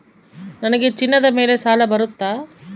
ನನಗೆ ಚಿನ್ನದ ಮೇಲೆ ಸಾಲ ಬರುತ್ತಾ?